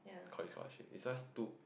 call it scholarship is just two